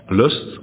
lust